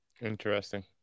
Interesting